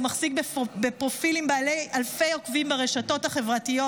הוא מחזיק בפרופילים בעלי אלפי עוקבים ברשתות החברתיות